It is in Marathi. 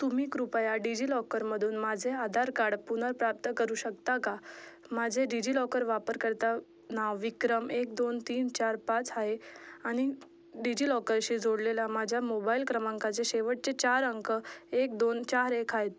तुम्ही कृपया डिजिलॉकरमधून माझे आधार कार्ड पुनर्प्राप्त करू शकता का माझे डिजिलॉकर वापरकर्ता नाव विक्रम एक दोन तीन चार पाच आहे आणि डिजिलॉकरशी जोडलेला माझ्या मोबाईल क्रमांकाचे शेवटचे चार अंक एक दोन चार एक आहेत